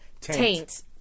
Taint